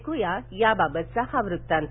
ऐक्या त्याबाबतचा हा व्रत्तांत